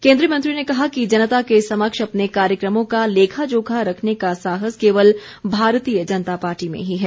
केन्द्रीय मंत्री ने कहा कि जनता के समक्ष अपने कार्यक्रमों का लेखा जोखा रखने का साहस केवल भारतीय जनता पार्टी में ही है